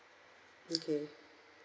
okay